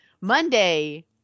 Monday